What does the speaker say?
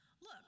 Look